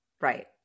right